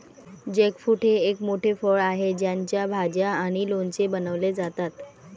jackfruit हे एक मोठे फळ आहे ज्याच्या भाज्या आणि लोणचे बनवले जातात